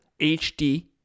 HD